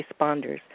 responders